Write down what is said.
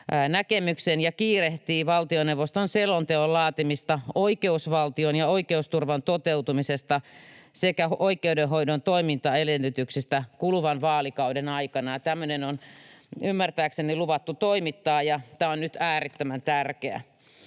ja kiirehtii valtioneuvoston selonteon laatimista oikeusvaltion ja oikeusturvan toteutumisesta sekä oikeudenhoidon toimintaedellytyksistä kuluvan vaalikauden aikana. Tämmöinen on ymmärtääkseni luvattu toimittaa, ja tämä on nyt äärettömän tärkeää.